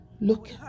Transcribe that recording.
Look